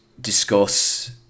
discuss